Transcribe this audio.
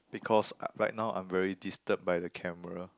because right now I'm very disturbed by the camera